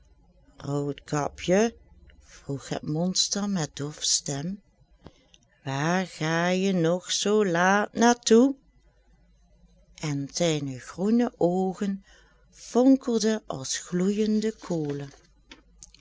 roodkapje vroeg het monster met doffe stem waar ga je nog zoo laat naar toe en zijne groene oogen vonkelden als gloeijende kolen